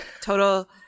Total